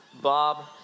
Bob